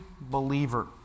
believer